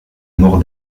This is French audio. mort